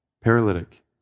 paralytic